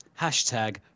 hashtag